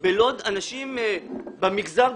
שאנשים בלוד, בעיקר במגזר,